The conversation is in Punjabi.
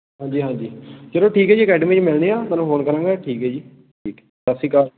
ਹਾਂਜੀ ਹਾਂਜੀ ਚਲੋ ਠੀਕ ਹੈ ਜੀ ਅਕੈਡਮੀ 'ਚ ਮਿਲਦੇ ਹਾਂ ਤੁਹਾਨੂੰ ਫੋਨ ਕਰਾਂਗਾ ਠੀਕ ਹੈ ਜੀ ਠੀਕ ਏ ਸਤਿ ਸ਼੍ਰੀ ਅਕਾਲ